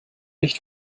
nicht